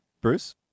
Bruce